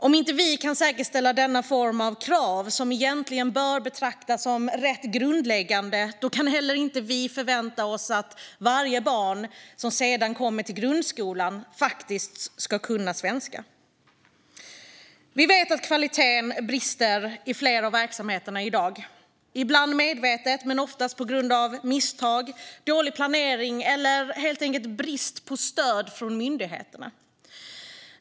Om vi inte kan säkerställa denna form av krav, som egentligen bör betraktas som rätt grundläggande, kan vi inte heller förvänta oss att varje barn som sedan kommer till grundskolan faktiskt ska kunna svenska. Vi vet att kvaliteten brister i flera av verksamheterna i dag, ibland medvetet men oftast på grund av misstag, dålig planering eller helt enkelt brist på stöd från myndigheterna.